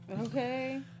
Okay